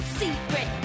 secret